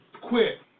quit